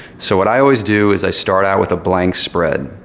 so what i always do is i start out with a blank spread.